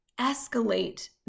escalate